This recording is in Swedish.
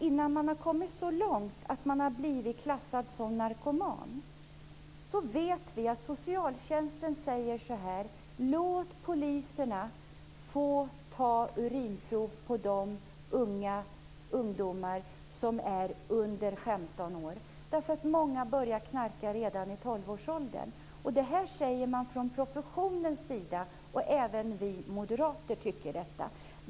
Innan man har kommit så långt att man har blivit klassad som narkoman, vet vi att socialtjänsten säger så här: Låt poliserna få ta urinprov på unga som är under 15 år, därför att många börjar knarka redan i 12-årsåldern. Det här säger man från professionens sida, och även vi moderater tycker så.